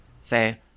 say